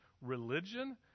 religion